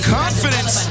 confidence